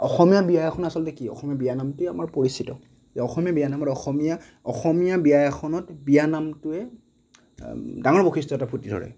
অসমীয়া বিয়া এখন আচলতে কি অসমীয়া বিয়া নামটোয়েই আমাৰ পৰিচিত অসমীয়া বিয়া নামত অসমীয়া অসমীয়া বিয়া এখনত বিয়া নামটোৱে ডাঙৰ বৈশিষ্ট এটা ফুটি ধৰে